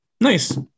Nice